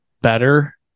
better